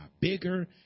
bigger